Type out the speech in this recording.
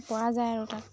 পৰা যায় আৰু তাত